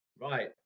Right